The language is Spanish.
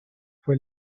fue